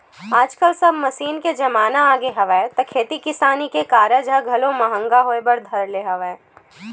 आजकल सब मसीन के जमाना आगे हवय त खेती किसानी के कारज ह घलो महंगा होय बर धर ले हवय